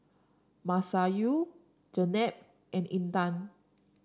Masayu Jenab and Intan